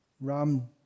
Ram